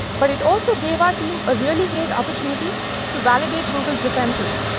but it also gave our team a really great opportunity to validate google's defenses.